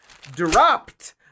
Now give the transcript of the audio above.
dropped